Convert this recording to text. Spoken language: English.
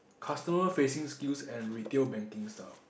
customer facing skills and retail banking stuff